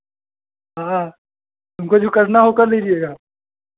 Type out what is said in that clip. हाँ तुमको जो करना है कर लीजिएगा